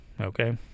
Okay